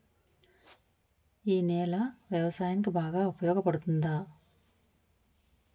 ఈ నేల వ్యవసాయానికి బాగా ఉపయోగపడుతుందా?